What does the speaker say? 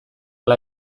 ala